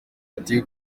ati